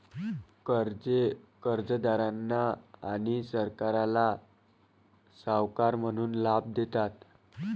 कर्जे कर्जदारांना आणि सरकारला सावकार म्हणून लाभ देतात